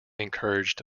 encouraged